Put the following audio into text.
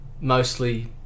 Mostly